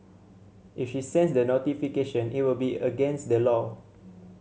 if she sends the notification it would be against the law